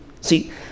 See